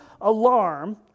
alarm